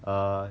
err